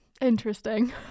interesting